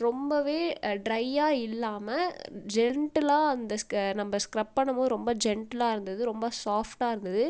ரொம்பவே டிரையாக இல்லாமல் ஜென்டிலாக அந்த நம்ம ஸ்க்ரப் பண்ணும்போது ரொம்ப ஜென்டிலாயிருந்துது ரொம்ப சாஃட்டாயிருந்துது